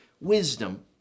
wisdom